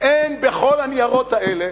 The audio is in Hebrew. אין בכל הניירות האלה